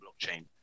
blockchain